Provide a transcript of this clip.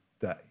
day